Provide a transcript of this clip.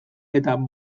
eta